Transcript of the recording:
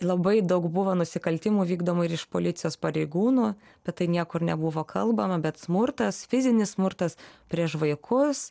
labai daug buvo nusikaltimų vykdomų ir iš policijos pareigūnų bet tai niekur nebuvo kalbama bet smurtas fizinis smurtas prieš vaikus